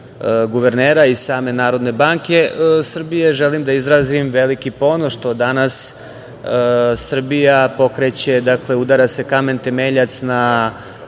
guvernera i same NBS, želim da izrazim veliki ponos što danas Srbija pokreće, dakle, udara se kamen temeljac na